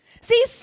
See